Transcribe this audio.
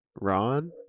Ron